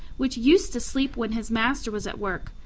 which used to sleep when his master was at work,